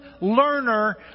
learner